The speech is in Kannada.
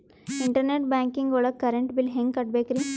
ಇಂಟರ್ನೆಟ್ ಬ್ಯಾಂಕಿಂಗ್ ಒಳಗ್ ಕರೆಂಟ್ ಬಿಲ್ ಹೆಂಗ್ ಕಟ್ಟ್ ಬೇಕ್ರಿ?